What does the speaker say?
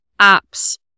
apps